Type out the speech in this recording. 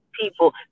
people